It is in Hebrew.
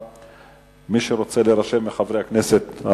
מי שרוצה להירשם מחברי הכנסת,